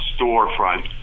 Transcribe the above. storefront